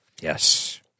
Yes